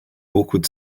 awkward